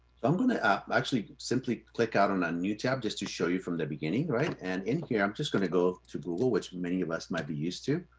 i'm gonna actually simply click out on ah new tab just to show you from the beginning, right? and in here, i'm just going to go to google, which many of us might be used to.